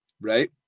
right